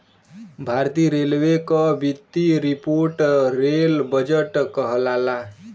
भारतीय रेलवे क वित्तीय रिपोर्ट रेल बजट कहलाला